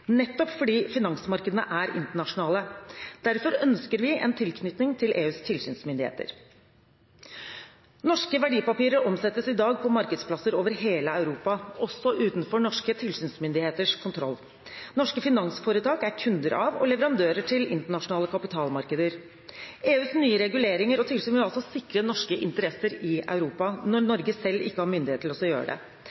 nettopp fordi finansmarkedene er internasjonale. Derfor ønsker vi en tilknytning til EUs tilsynsmyndigheter. Norske verdipapirer omsettes i dag på markedsplasser over hele Europa, også utenfor norske tilsynsmyndigheters kontroll. Norske finansforetak er kunder av og leverandører til internasjonale kapitalmarkeder. EUs nye reguleringer og tilsyn vil altså sikre norske interesser i Europa når